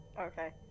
Okay